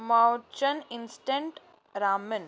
ਮੌਚਨ instant ramen